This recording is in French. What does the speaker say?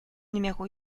numéro